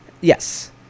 Yes